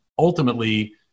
Ultimately